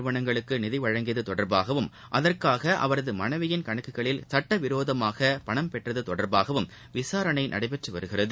நிறுவனங்களுக்குநிதிவழங்கியதுதொடர்பாகவும் சிலகார்ப்ரேட் அதற்காகஅவரதுமனைவியின் கணக்குகளில் சட்டவிரோதமாகபணம் பெற்றதுதொடர்பாகவும் விசாரணைநடைபெற்றுவருகிறது